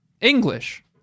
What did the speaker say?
English